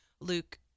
Luke